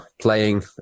playing